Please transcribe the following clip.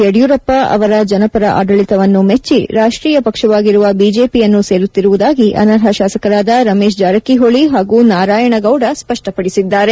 ಯಡಿಯೂರಪ್ಪ ಅವರ ಜನಪರ ಆಡಳಿತವನ್ನು ಮೆಚ್ಚಿ ರಾಷ್ಟೀಯ ಪಕ್ಷವಾಗಿರುವ ಬಿಜೆಪಿಯನ್ನು ಸೇರುತ್ತಿರುವುದಾಗಿ ಅನರ್ಹ ಶಾಸಕರಾದ ರಮೇಶ್ ಜಾರಕಿಹೊಳಿ ಹಾಗೂ ನಾರಾಯಣಗೌಡ ಸ್ಪಷ್ಟಪಡಿಸಿದ್ದಾರೆ